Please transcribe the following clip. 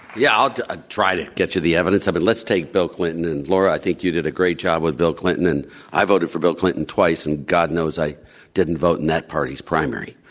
yeah. i'll ah try to get to the evidence. but let's take bill clinton. and laura, i think you did a great job with bill clinton. and i voted for bill clinton twice, and god knows i didn't vote in that party's primary.